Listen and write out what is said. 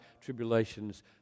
tribulations